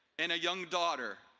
and a young daughter.